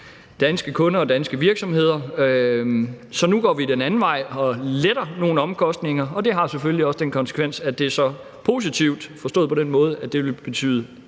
danske kunder og danske virksomheder. Nu går vi den anden vej og letter nogle omkostninger. Det har selvfølgelig den konsekvens, at det er positivt – forstået på den måde, at det alt